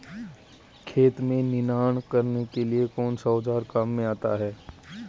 खेत में निनाण करने के लिए कौनसा औज़ार काम में आता है?